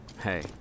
Hey